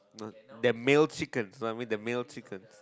that melt chickens one with the melt chickens